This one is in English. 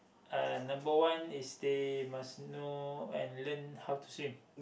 uh number one is they must know and learn how to swim